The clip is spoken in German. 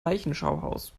leichenschauhaus